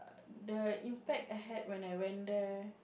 the impact I had when I went there